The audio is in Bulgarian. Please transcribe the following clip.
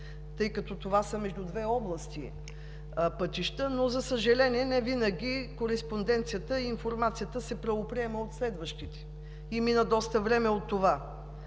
тъй като това са пътища между две области, но, за съжаление, невинаги кореспонденцията и информацията се приемат от следващите и мина доста време от това.